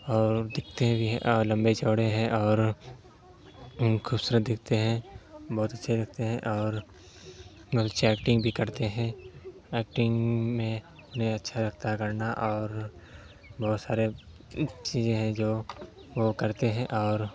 اور دکھتے بھی ہیں اور لمبے چوڑے ہیں اور کھوبصورت دکھتے ہیں بہت اچھے لگتے ہیں اور بہت اچھے ایکٹنگ بھی کرتے ہیں ایکٹنگ میں انہیں اچھا لگتا ہے کرنا اور بہت سارے چیزیں ہیں جو وہ کرتے ہیں اور